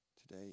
today